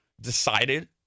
decided